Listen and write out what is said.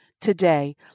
Today